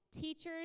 Teachers